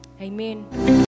Amen